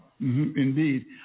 Indeed